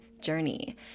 journey